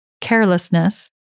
carelessness